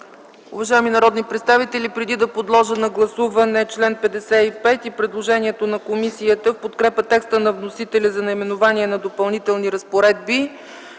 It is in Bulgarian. Уважаеми народни представители, преди да подложа на гласуване чл. 55 и предложението на комисията в подкрепа текста на вносителя за наименованието „Допълнителни разпоредби”,